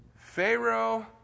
Pharaoh